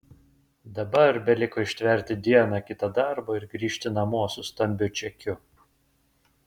dabar beliko ištverti dieną kitą darbo ir grįžti namo su stambiu čekiu